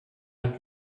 had